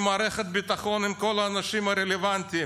מערכת הביטחון ועם כל האנשים הרלוונטיים.